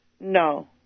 No